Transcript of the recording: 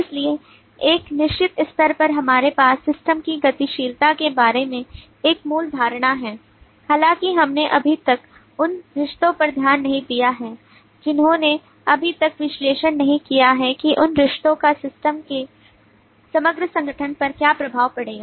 इसलिए एक निश्चित स्तर पर हमारे पास सिस्टम की गतिशीलता के बारे में एक मूल धारणा है हालांकि हमने अभी तक उन रिश्तों पर ध्यान नहीं दिया है जिन्होंने अभी तक विश्लेषण नहीं किया है कि उन रिश्तों का सिस्टम के समग्र संगठन पर क्या प्रभाव पड़ेगा